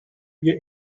wir